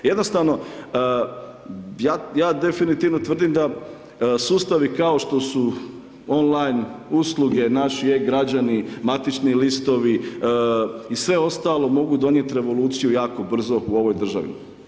Jednostavno, ja definitivno tvrdim da sustavi kao što su on line usluge, naši e-građani, matični listovi i sve ostalo, mogu donijeti revoluciju jako brzo u ovoj državi.